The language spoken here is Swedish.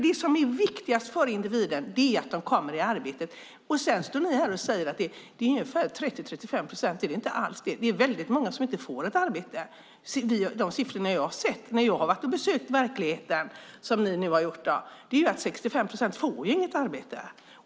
Det som är viktigast för individen är att komma i arbete. Sedan står ni här och säger att det är ungefär 30-35 procent. Det är det inte alls! Det är väldigt många som inte får arbete. De siffror jag har sett när jag har varit och besökt verkligheten, som ni nu har gjort, är att 65 procent inte får något arbete.